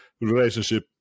relationship